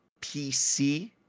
PC